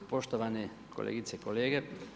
Poštovane kolegice i kolege.